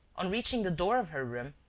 on reaching the door of her room,